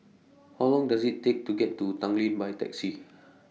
How Long Does IT Take to get to Tanglin By Taxi